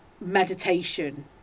meditation